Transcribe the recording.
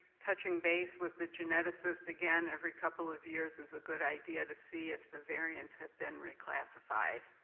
touching base with the geneticist again every couple of years is a good idea to see if the variants have been reclassified.